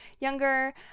younger